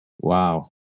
Wow